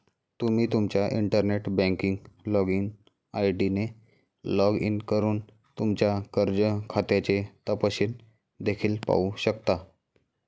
तुम्ही तुमच्या internet banking login ID ने लॉग इन करून तुमच्या कर्ज खात्याचे तपशील देखील पाहू शकता